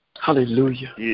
Hallelujah